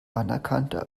anerkannter